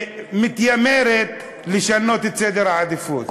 שמתיימרת לשנות את סדר העדיפויות.